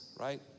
right